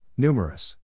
Numerous